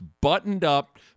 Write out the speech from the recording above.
buttoned-up